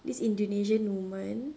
this indonesian woman